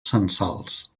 censals